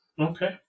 Okay